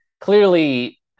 clearly